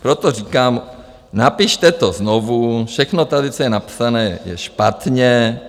Proto říkám, napište to znovu, všechno tady co je napsané, je špatně.